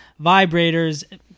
vibrators